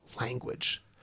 language